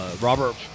Robert